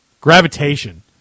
Gravitation